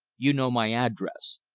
you know my address.